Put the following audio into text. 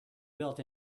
built